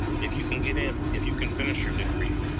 if you can get in, if you can finish your degree.